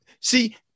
See